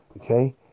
okay